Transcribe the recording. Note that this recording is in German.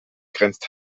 grenzt